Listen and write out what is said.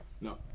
No